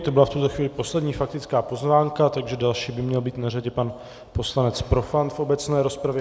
To byla v tuto chvíli poslední faktická poznámka, takže další by měl být na řadě pan poslanec Profant v obecné rozpravě.